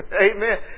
Amen